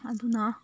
ꯑꯗꯨꯅ